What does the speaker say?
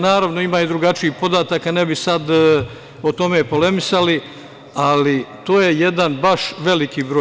Naravno, ima i drugačijih podataka ne bi sada o tome polemisali, ali to je jedan baš veliki broj.